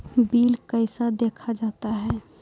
Bill कैसे देखा जाता हैं?